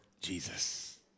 Jesus